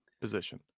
position